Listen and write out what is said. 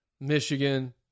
Michigan